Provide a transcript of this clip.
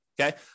Okay